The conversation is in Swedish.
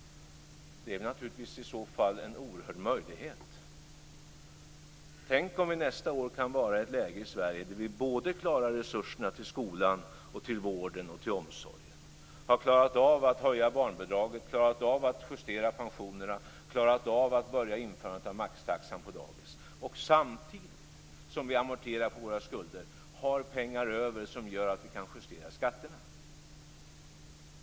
Det är naturligtvis i så fall en oerhörd möjlighet. Tänk om vi nästa år kan vara i ett läge i Sverige där vi klarar resurserna till skolan, till vården och till omsorgen, där vi har klarat att höja barnbidraget, att justera pensionerna, att börja införandet av maxtaxan på dagis och där vi samtidigt som vi amorterar på våra skulder har pengar över så att vi kan justera skatterna!